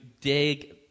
dig